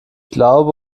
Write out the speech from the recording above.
glaube